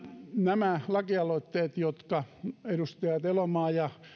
nämä lakialoitteet jotka edustajat elomaa ja